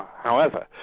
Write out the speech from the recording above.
however,